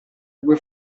due